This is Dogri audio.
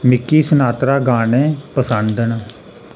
मिगी सनात्रा गाने पसंद न